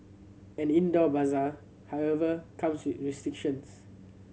an indoor bazaar however comes with restrictions